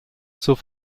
zur